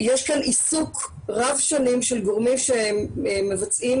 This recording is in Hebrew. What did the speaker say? יש כאן עיסוק רב שנים של גורמים שהם מבצעים